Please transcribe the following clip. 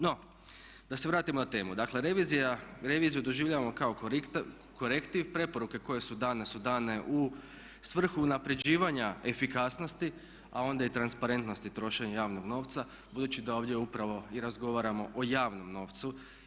No, da se vratim na temu, dakle reviziju doživljavamo kao korektiv, preporuke koje su dane su dane u svrhu unapređivanja efikasnosti a onda i transparentnosti trošenja javnog novca budući da ovdje upravo i razgovaramo o javnom novcu.